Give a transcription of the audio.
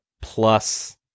plus